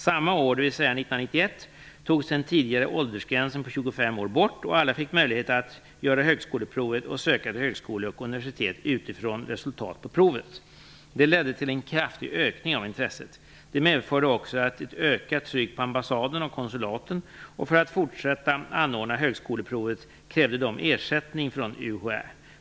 Samma år, dvs. 1991, togs den tidigare åldersgränsen på 25 år bort, och alla fick möjlighet att göra högskoleprovet och söka till högskolor och universitet utifrån resultatet på provet. Detta ledde till en kraftig ökning av intresset. Det medförde också ett ökat tryck på ambassaderna och konsulaten, och för att fortsätta att anordna högskoleprovet krävde de ersättning från UHÄ.